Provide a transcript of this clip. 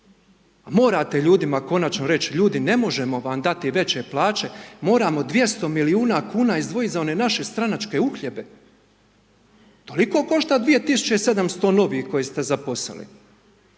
morate ljudima konačno reći, ljudi ne možemo vam dati veće plaće, moramo 200 milijuna kuna izdvojiti za one naše stranačke uhljebe. Toliko košta 2700 novih koje ste zaposlili,